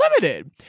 limited